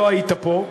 לא היית פה,